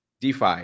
DeFi